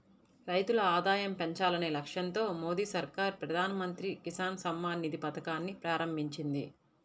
రైతుల ఆదాయం పెంచాలనే లక్ష్యంతో మోదీ సర్కార్ ప్రధాన మంత్రి కిసాన్ సమ్మాన్ నిధి పథకాన్ని ప్రారంభించింది